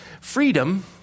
Freedom